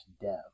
Dev